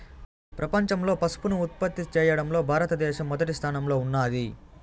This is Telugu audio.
ప్రపంచంలో పసుపును ఉత్పత్తి చేయడంలో భారత దేశం మొదటి స్థానంలో ఉన్నాది